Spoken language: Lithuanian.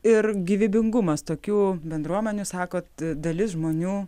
ir gyvybingumas tokių bendruomenių sakot dalis žmonių